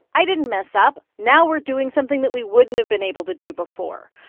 i didn't mess up. now we're doing something that we wouldn't have been able to do before.